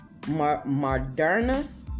modernas